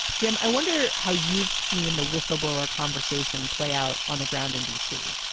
jim i wonder how you've seen the whistleblower conversation play out on the ground in d c.